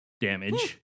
damage